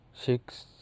Six